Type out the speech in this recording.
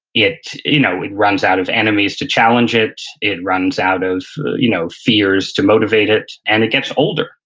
it you know it runs out of enemies to challenge it, it runs out of you know fears to motivate it and it gets older,